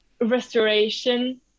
restoration